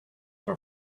are